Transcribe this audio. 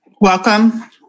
welcome